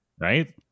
Right